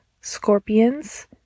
scorpions